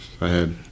ahead